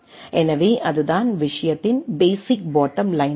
எனவே அதுதான் விஷயத்தின் பேசிக் பாட்டம் லைன் ஆகும்